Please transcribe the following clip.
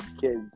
kids